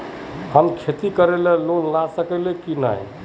हम खेती करे ले लोन ला सके है नय?